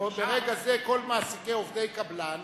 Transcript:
ברגע זה כל מעסיקי עובדי קבלן